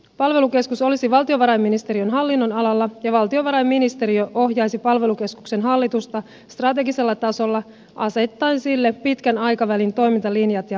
palvelukeskus olisi valtiovarainministeriön hallinnonalalla ja valtiovarainministeriö ohjaisi palvelukeskuksen hallitusta strategisella tasolla asettaen sille pitkän aikavälin toimintalinjat ja tulostavoitteet